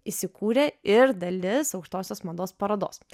įsikūrė ir dalis aukštosios mados parodos